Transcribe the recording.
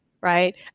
right